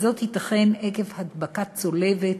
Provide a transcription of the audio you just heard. ייתכן עקב הדבקה צולבת